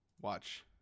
Watch